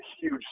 huge